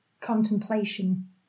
contemplation